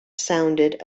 sounded